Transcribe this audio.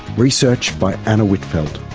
research by anna whitfeld,